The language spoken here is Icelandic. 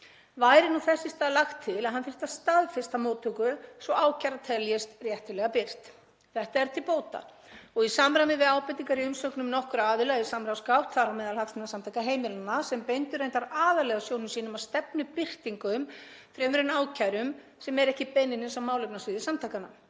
væri nú þess í stað lagt til að hann þyrfti að staðfesta móttöku svo að ákæra teljist réttilega birt. Þetta er til bóta og í samræmi við ábendingar í umsögnum nokkurra aðila í samráðsgátt, þar á meðal Hagsmunasamtaka heimilanna sem beindu reyndar aðallega sjónum sínum að stefnubirtingum fremur en ákærum, sem eru ekki beinlínis á málefnasviði samtakanna,